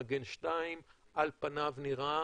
על פניו נראה